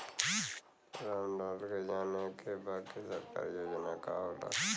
राम लाल के जाने के बा की सरकारी योजना का होला?